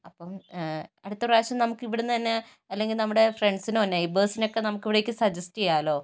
അപ്പം അടുത്ത പ്രാവശ്യം നമുക്ക് ഇവിടുന്നു തന്നെ അല്ലെങ്കില് നമ്മുടെ ഫ്രണ്ട്സിനോ നൈബേഴ്സിനൊക്കെ നമുക്ക് ഇവിടേക്ക് സജസ്റ്റ് ചെയ്യാലോ